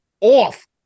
off